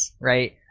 right